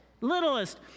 littlest